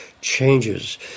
changes